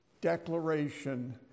declaration